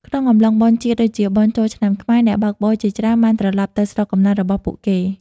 ក្នុងអំឡុងបុណ្យជាតិដូចជាបុណ្យចូលឆ្នាំខ្មែរ អ្នកបើកបរជាច្រើនបានត្រឡប់ទៅស្រុកកំណើតរបស់ពួកគេ។